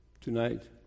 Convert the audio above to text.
tonight